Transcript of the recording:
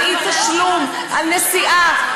על אי-תשלום על נסיעה,